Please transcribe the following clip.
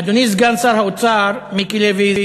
אדוני סגן שר האוצר מיקי לוי,